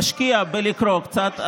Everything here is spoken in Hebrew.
תשקיע בלקרוא קצת,